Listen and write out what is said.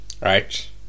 right